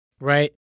Right